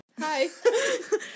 Hi